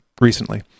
recently